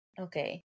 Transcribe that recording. Okay